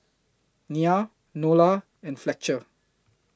Nya Nola and Fletcher